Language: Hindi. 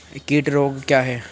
कीट रोग क्या है?